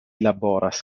laboras